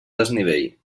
desnivell